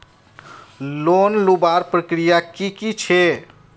Loan लुबार प्रक्रिया की की छे?